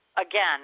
Again